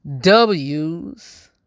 W's